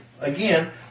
again